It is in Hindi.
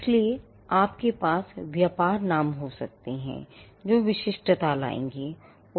इसलिए आपके पास व्यापार नाम हो सकते हैं जो विशिष्टता लाएंगें